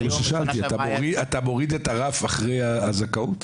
זה מה ששאלתי, אתה מוריד את הרף אחרי הזכאות?